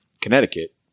Connecticut